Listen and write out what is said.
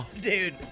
Dude